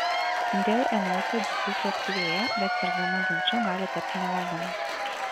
dėl emocijų diskusija aktyvėja bet virsdama ginču gali tapti nevaldoma